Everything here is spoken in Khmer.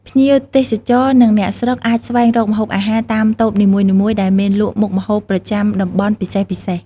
ភ្ញៀវទេសចរ និងអ្នកស្រុកអាចស្វែងរកម្ហូបអាហារតាមតូបនីមួយៗ ដែលមានលក់មុខម្ហូបប្រចាំតំបន់ពិសេសៗ។